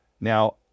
Now